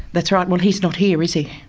that's right, well he's not here, is he.